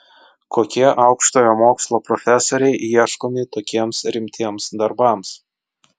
kokie aukštojo mokslo profesoriai ieškomi tokiems rimtiems darbams